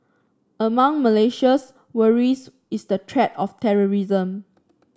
among Malaysia's worries is the threat of terrorism